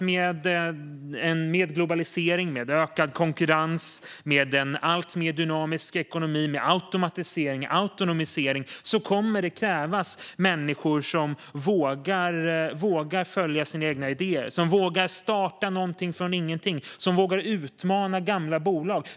Med globalisering, ökad konkurrens, en alltmer dynamisk ekonomi, automatisering och autonomisering kommer det att krävas människor som vågar följa sina egna idéer, starta någonting från ingenting och utmana gamla bolag.